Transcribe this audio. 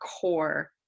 core